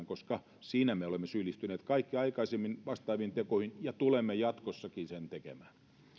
koska siinä me olemme syyllistyneet kaikki aikaisemmin vastaaviin tekoihin ja tulemme jatkossakin sen tekemään